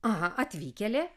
aha atvykėlė